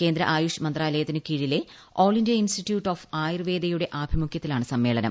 കേന്ദ്ര ആയുഷ് മന്ത്രാലയത്തിനു കീഴിലെ ആൾ ഇന്തൃ ഇൻസ്റ്റിറ്റ്യൂട്ട് ഓഫ് ആയുർവേദയുടെ ആഭിമുഖ്യത്തിലാണ് സമ്മേളനം